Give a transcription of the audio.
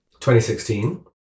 2016